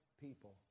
people